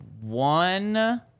One